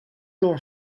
d’un